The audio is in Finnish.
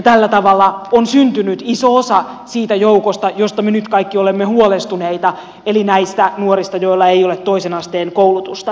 tällä tavalla on syntynyt iso osa siitä joukosta josta me nyt kaikki olemme huolestuneita eli näistä nuorista joilla ei ole toisen asteen koulutusta